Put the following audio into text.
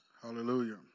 Hallelujah